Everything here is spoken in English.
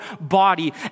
body